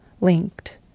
linked